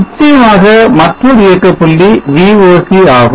நிச்சயமாக மற்றொரு இயக்கப் புள்ளி VOC ஆகும்